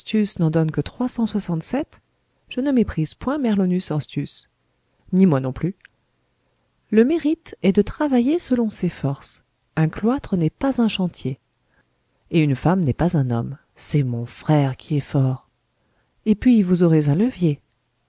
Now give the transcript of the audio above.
n'en donne que trois cent soixante-sept je ne méprise point merlonus horstius ni moi non plus le mérite est de travailler selon ses forces un cloître n'est pas un chantier et une femme n'est pas un homme c'est mon frère qui est fort et puis vous aurez un levier